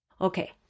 Okay